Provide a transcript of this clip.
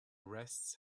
rests